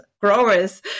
growers